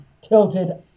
tilted